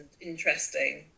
interesting